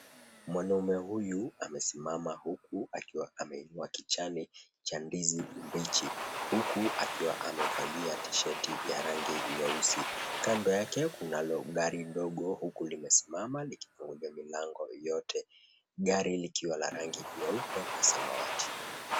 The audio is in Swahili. Mwanaume huyu amesimama huku akiwa ameinua kichane cha ndizi mbichi huku akiwa amevalia t-shati ya rangi nyeusi. Kando yake kunalo gari ndogo huku limesimama likifunguliwa milango yote. Gari likiwa la rangi nyeupe na samawati.